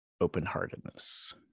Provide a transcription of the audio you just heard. open-heartedness